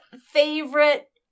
favorite